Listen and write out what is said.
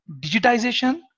digitization